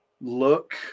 look